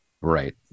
Right